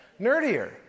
nerdier